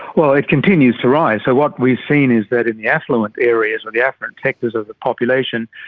well, it continues to rise. so what we've seen is that in the affluent areas or the affluent sectors of the population,